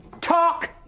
talk